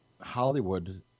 Hollywood